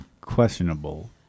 questionable